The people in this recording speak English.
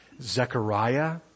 Zechariah